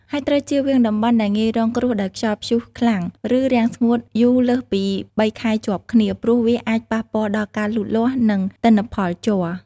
ហើយត្រូវចៀសវាងតំបន់ដែលងាយរងគ្រោះដោយខ្យល់ព្យុះខ្លាំង ឬរាំងស្ងួតយូរលើសពី ៣ ខែជាប់គ្នា ព្រោះវាអាចប៉ះពាល់ដល់ការលូតលាស់ និងទិន្នផលជ័រ។